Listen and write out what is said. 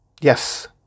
Yes